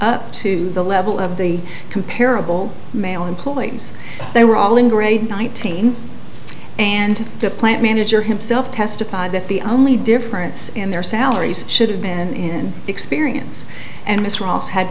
up to the level of the comparable male employees they were all in grade nineteen and the plant manager himself testified that the only difference in their salaries should have been experience and miss ross had